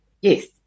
Yes